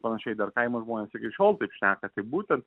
panašiai dar kaimo žmonės iki šiol taip šneka kaip būtent